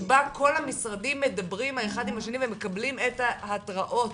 שבה כל המשרדים מדברים האחד עם השני ומקבלים את ההתרעות?